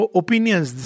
opinions